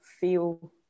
feel